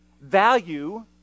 value